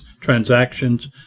transactions